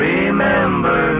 Remember